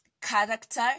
character